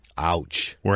Ouch